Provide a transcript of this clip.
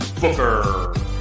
Booker